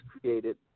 created